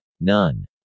None